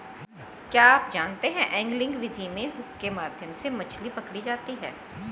क्या आप जानते है एंगलिंग विधि में हुक के माध्यम से मछली पकड़ी जाती है